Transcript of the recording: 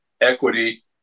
equity